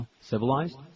Civilized